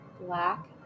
black